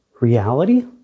reality